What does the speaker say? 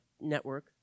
network